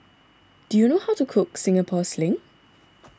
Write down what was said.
do you know how to Cook Singapore Sling